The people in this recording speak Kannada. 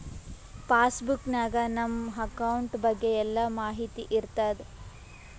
ಪಾಸ್ ಬುಕ್ ನಾಗ್ ನಮ್ ಅಕೌಂಟ್ ಬಗ್ಗೆ ಎಲ್ಲಾ ಮಾಹಿತಿ ಇರ್ತಾದ